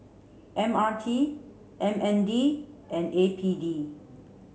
M R T M N D and A P D